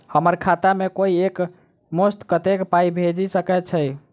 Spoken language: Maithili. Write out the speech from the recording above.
हम्मर खाता मे कोइ एक मुस्त कत्तेक पाई भेजि सकय छई?